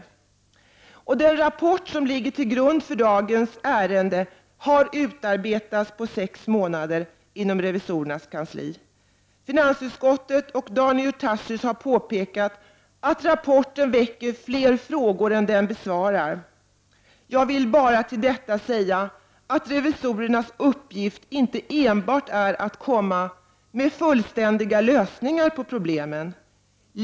Den rapport som ligger till grund för dagens ärende har utarbetats på sex månader inom revisorernas kansli. Finansutskottet och Daniel Tarschys har påpekat att rapporten väcker flera frågor än den besvarar. Jag vill till det säga att revisorernas uppgift inte enbart är att komma med fullständiga lösningar på problemen.